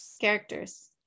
Characters